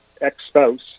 ex-spouse